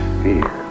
fear